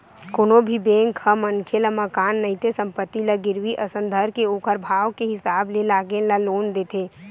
कोनो भी बेंक ह मनखे ल मकान नइते संपत्ति ल गिरवी असन धरके ओखर भाव के हिसाब ले लोगन ल लोन देथे